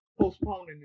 postponing